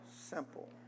simple